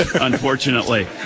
unfortunately